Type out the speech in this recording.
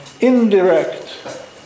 indirect